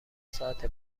ساعت